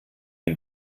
dem